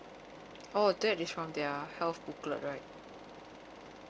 oh that is from their health booklet right